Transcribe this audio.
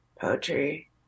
poetry